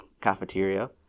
cafeteria